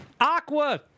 Aqua